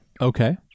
Okay